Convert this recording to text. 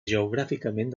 geogràficament